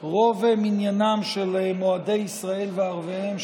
רוב מניינם של מועדי ישראל וערביהם,